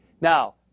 Now